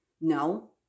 No